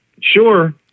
sure